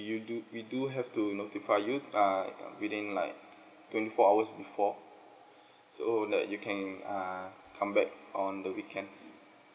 you do we do have to notify err uh within like twenty four hours before so that you can err come back on the weekends